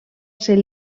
ser